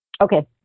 Okay